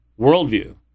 worldview